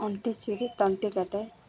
ଅଣ୍ଟି ଛୁରୀ ତଣ୍ଟି କାଟେ